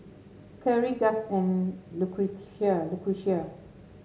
Khiry Gust and Lucretia